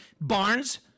Barnes